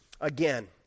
Again